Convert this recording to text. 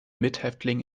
mithäftling